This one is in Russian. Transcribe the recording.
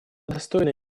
достойная